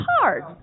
hard